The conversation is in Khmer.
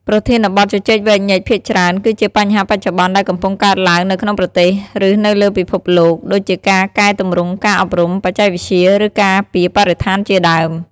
ប្រធានបទជជែកវែកញែកភាគច្រើន គឺជាបញ្ហាបច្ចុប្បន្នដែលកំពុងកើតឡើងនៅក្នុងប្រទេស ឬនៅលើពិភពលោក ដូចជាការកែទម្រង់ការអប់រំ បច្ចេកវិទ្យា ឬការពារបរិស្ថានជាដើម។